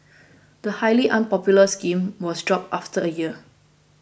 the highly unpopular scheme was dropped after a year